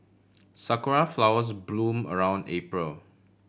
sakura flowers bloom around April